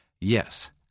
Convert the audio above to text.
Yes